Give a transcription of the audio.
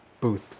booth